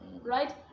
right